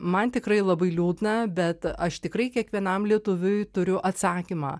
man tikrai labai liūdna bet aš tikrai kiekvienam lietuviui turiu atsakymą